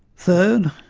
third,